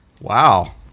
wow